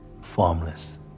formless